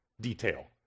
detail